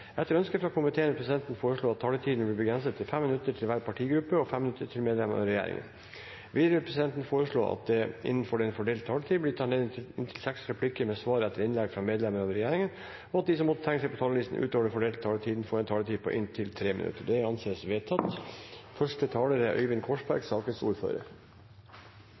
Etter ønske fra energi- og miljøkomiteen vil presidenten foreslå at taletiden blir begrenset til 5 minutter til hver partigruppe og 5 minutter til medlemmer av regjeringen. Videre vil presidenten foreslå at det – innenfor den fordelte taletid – blir gitt anledning til inntil seks replikker med svar etter innlegg fra medlemmer av regjeringen, og at de som måtte tegne seg på talerlisten utover den fordelte taletid, får en taletid på inntil 3 minutter. – Det anses vedtatt. Representantforslaget fra representantene fra SV som presidenten refererte, er